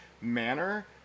manner